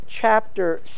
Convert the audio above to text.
chapter